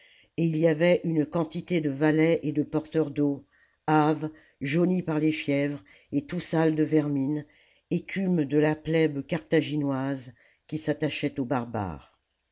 et il y avait une quantité de valets et de porteurs d'eau hâves jaunis par les fièvres et tout sales de vermine écume de la plèbe carthaginoise qui s'attachait aux barbares